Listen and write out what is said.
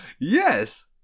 Yes